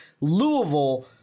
Louisville